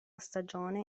stagione